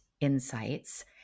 insights